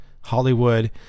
Hollywood